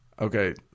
Okay